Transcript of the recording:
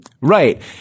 right